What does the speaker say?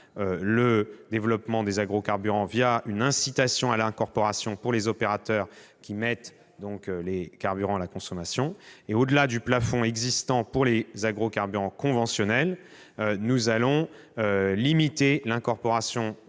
le développement des agrocarburants une incitation à l'incorporation pour les opérateurs qui mettent les carburants à la consommation. Au-delà du plafond existant pour les agrocarburants conventionnels, nous limiterons l'incorporation